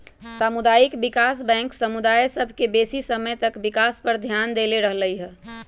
सामुदायिक विकास बैंक समुदाय सभ के बेशी समय तक विकास पर ध्यान देले रहइ छइ